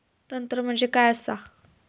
तंत्र म्हणजे काय असा?